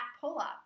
pull-up